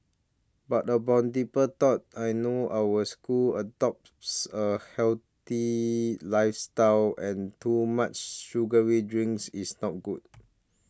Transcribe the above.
but upon deeper thought I know our school adopts a healthier lifestyle and too much sugary drinks is not good